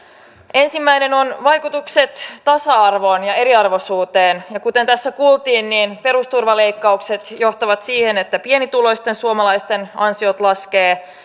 ensimmäinen on vaikutukset tasa arvoon ja eriarvoisuuteen kuten tässä kuultiin perusturvaleikkaukset johtavat siihen että pienituloisten suomalaisten ansiot laskevat